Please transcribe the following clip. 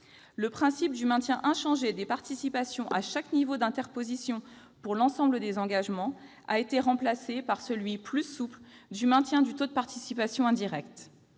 Le principe du maintien inchangé des participations à chaque niveau d'interposition pour l'ensemble des engagements a été remplacé par celui, plus souple, du maintien du taux de participation indirecte.